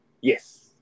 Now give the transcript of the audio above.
Yes